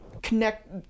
connect